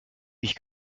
ich